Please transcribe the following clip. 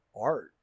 art